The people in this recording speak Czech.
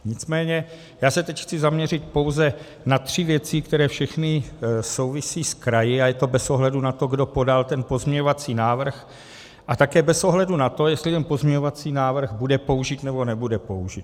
Nicméně se teď chci zaměřit pouze na tři věci, které všechny souvisí s kraji, a je to bez ohledu na to, kdo podal ten pozměňovací návrh, a také bez ohledu na to, jestli ten pozměňovací návrh bude použit, nebude použit.